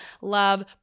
love